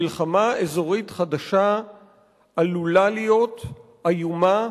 מלחמה אזורית חדשה עלולה להיות איומה,